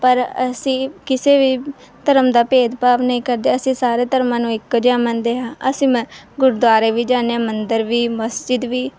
ਪਰ ਅਸੀਂ ਕਿਸੇ ਵੀ ਧਰਮ ਦਾ ਭੇਦਭਾਵ ਨਹੀਂ ਕਰਦੇ ਅਸੀਂ ਸਾਰੇ ਧਰਮਾਂ ਨੂੰ ਇੱਕੋ ਜਿਹਾ ਮੰਨਦੇ ਹਾਂ ਅਸੀਂ ਗੁਰਦੁਆਰੇ ਵੀ ਜਾਂਦੇ ਹਾਂ ਮੰਦਰ ਵੀ ਮਸਜਿਦ ਵੀ